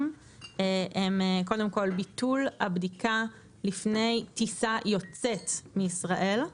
הם: ביטול הבדיקה לפני טיסה יוצאת מישראל.